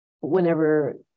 whenever